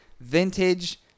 vintage